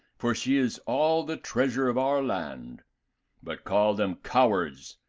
for she is all the treasure of our land but call them cowards,